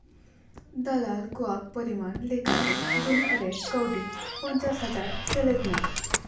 ᱫᱟᱞᱟᱞ ᱠᱚᱣᱟᱜ ᱯᱚᱨᱤᱢᱟᱱ ᱞᱮᱠᱟᱛᱮ ᱜᱩᱱᱟᱹᱜ ᱨᱮ ᱠᱟᱹᱣᱰᱤ ᱯᱚᱧᱪᱟᱥ ᱦᱟᱡᱟᱨ ᱥᱮᱞᱮᱫ ᱢᱮ